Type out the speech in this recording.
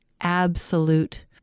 absolute